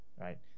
right